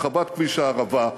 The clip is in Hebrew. הרחבת כביש הערבה,